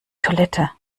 toilette